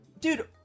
Dude